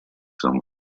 some